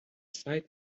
site